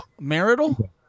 marital